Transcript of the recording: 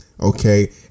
okay